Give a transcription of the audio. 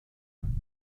nacken